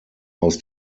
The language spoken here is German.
aus